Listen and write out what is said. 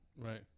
right